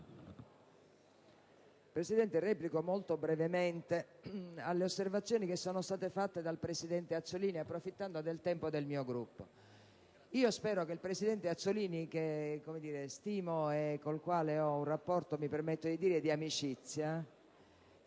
Presidente, replico molto brevemente alle osservazioni formulate dal presidente Azzollini, approfittando del tempo del mio Gruppo. Io spero che il presidente Azzollini, che stimo e con il quale ho un rapporto - mi permetto di dire - di amicizia,